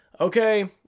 Okay